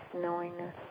knowingness